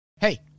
hey